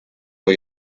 vor